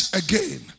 again